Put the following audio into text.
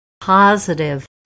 positive